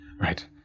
Right